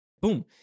Boom